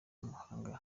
muhanga